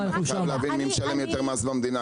צריך להבין מי משלם יותר מס במדינה,